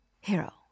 Hero